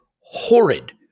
horrid